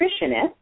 nutritionist